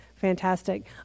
Fantastic